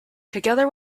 together